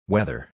Weather